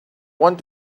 want